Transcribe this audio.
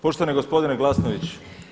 Poštovani gospodine Glasnović.